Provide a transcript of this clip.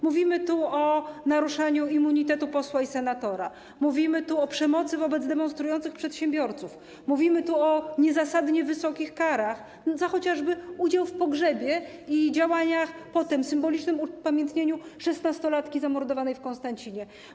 Mówimy tu o naruszaniu immunitetu posła i senatora, mówimy tu o przemocy wobec demonstrujących przedsiębiorców, mówimy tu o niezasadnie wysokich karach, chociażby za udział w pogrzebie i działaniach potem, symbolicznym upamiętnieniu szesnastolatki zamordowanej w Konstancinie.